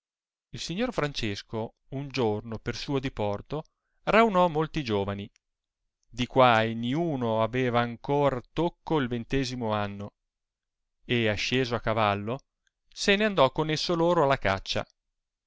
il signor francesco un giorno per suo diporto raunò molti giovani di quai niuno aveva ancor tocco il ventesimo anno e asceso a cavallo se n'andò con esso loro alla caccia